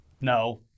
No